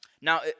Now